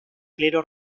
clero